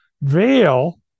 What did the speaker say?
veil